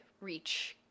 reach